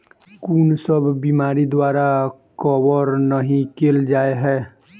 कुन सब बीमारि द्वारा कवर नहि केल जाय है?